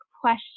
question